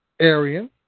Aryan